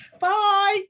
Bye